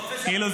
כאילו,